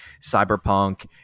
cyberpunk